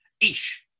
Ish